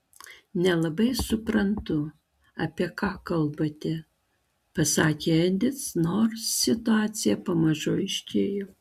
nelabai suprantu apie ką kalbate pasakė edis nors situacija pamažu aiškėjo